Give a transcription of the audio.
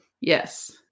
Yes